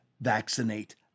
vaccinate